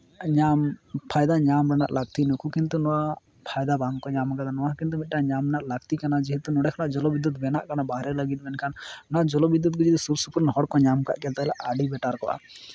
ᱧᱟᱢ ᱯᱷᱟᱭᱫᱟ ᱧᱟᱢ ᱨᱮᱱᱟᱜ ᱞᱟᱹᱠᱛᱤ ᱱᱩᱠᱩ ᱠᱤᱱᱛᱩ ᱱᱚᱣᱟ ᱯᱷᱟᱭᱫᱟ ᱵᱟᱝᱠᱚ ᱧᱟᱢ ᱠᱟᱫᱟ ᱱᱚᱣᱟ ᱦᱚᱸ ᱠᱤᱱᱛᱩ ᱢᱤᱫᱴᱮᱱ ᱧᱟᱢ ᱨᱮᱱᱟᱜ ᱞᱟᱹᱠᱛᱤ ᱠᱟᱱᱟ ᱡᱮᱦᱮᱛᱩ ᱱᱚᱸᱰᱮ ᱠᱷᱚᱱᱟᱜ ᱡᱚᱞᱚᱵᱤᱫᱽᱫᱩᱛ ᱵᱮᱱᱟᱜ ᱠᱟᱱᱟ ᱵᱟᱦᱨᱮ ᱞᱟᱹᱜᱤᱫ ᱢᱮᱱᱠᱷᱟᱱ ᱱᱚᱣᱟ ᱡᱚᱞᱚ ᱵᱤᱫᱽᱫᱩᱛ ᱡᱩᱫᱤ ᱥᱩᱨ ᱥᱩᱯᱩᱨ ᱨᱮᱱ ᱦᱚᱲ ᱠᱚ ᱧᱟᱢ ᱠᱟᱜ ᱠᱮᱭᱟ ᱛᱟᱦᱚᱞᱮ ᱟᱹᱰᱤ ᱵᱮᱴᱟᱨ ᱠᱚᱜᱼᱟ